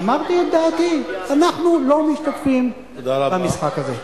אמרתי את דעתי: אנחנו לא משתתפים במשחק הזה.